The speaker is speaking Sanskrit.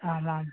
आम् आम्